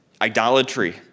Idolatry